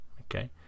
Okay